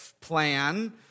plan